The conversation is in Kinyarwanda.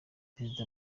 perezida